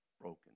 broken